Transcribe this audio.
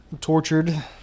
Tortured